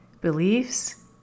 beliefs